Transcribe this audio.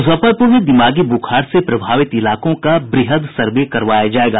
मुजफ्फरपुर में दिगामी ब्रखार से प्रभावित इलाकों का व्रहद सर्वे करवाया जायेगा